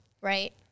Right